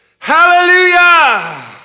Hallelujah